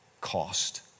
cost